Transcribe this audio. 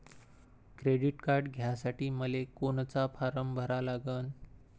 Credit card घ्यासाठी मले कोनचा फारम भरा लागन?